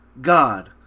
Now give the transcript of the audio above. God